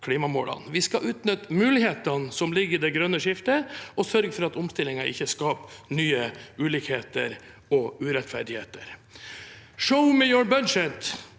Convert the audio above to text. vi skal utnytte mulighetene som ligger i det grønne skiftet, og sørge for at omstillingen ikke skaper nye ulikheter og urettferdigheter. «Show me your budget